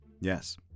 Yes